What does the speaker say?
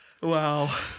Wow